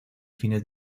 fines